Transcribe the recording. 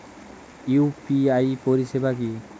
UPI পরিষেবা কি?